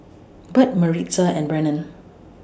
Burt Maritza and Brennen